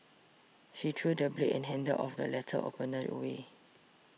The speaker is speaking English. she threw the blade and handle of the letter opener away